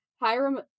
Hiram